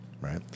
right